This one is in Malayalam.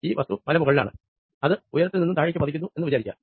ഈ വസ്തു മലമുകളിലാണ് അത് ആ ഉയരത്തിൽ നിന്നും താഴേക്ക് പതിക്കുന്നു എന്ന വിചാരിക്കുക